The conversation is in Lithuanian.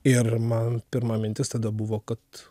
ir man pirma mintis tada buvo kad